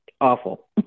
awful